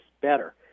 better